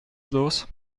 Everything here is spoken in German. los